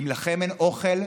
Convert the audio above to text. אם לכם אין אוכל,